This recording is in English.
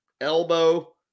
elbow